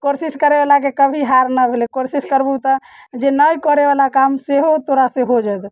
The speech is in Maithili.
कोशिश करै बलाके कभी हार नहि भेलै कोशिश करबहुँ तऽ जे नहि करै बला काम छै सेहो तोरा से हो जयतहुँ